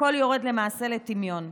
הכול יורד למעשה לטמיון.